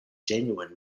genuine